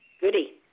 Goody